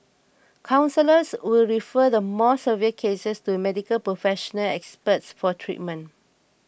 counsellors will refer the more severe cases to Medical Professional Experts for treatment